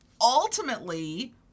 Ultimately